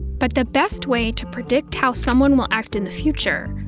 but the best way to predict how someone will act in the future,